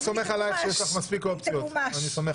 והיא תמומש.